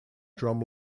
drum